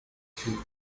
him